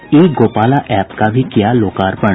ई Gopala app का भी किया लोकार्पण